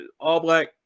all-black